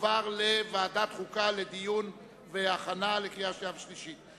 לוועדת חוקה לדיון והכנה לקריאה שנייה ולקריאה שלישית.